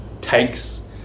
takes